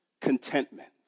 contentment